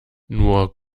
nur